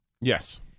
Yes